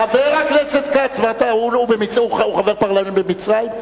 חבר הכנסת כץ, הוא חבר פרלמנט במצרים?